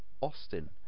Austin